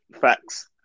Facts